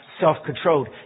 self-controlled